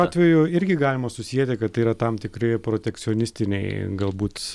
atveju irgi galima susieti kad tai yra tam tikri protekcionistiniai galbūt